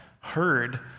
heard